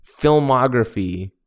filmography